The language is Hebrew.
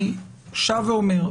אני שב ואומר,